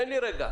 תן לי רגע.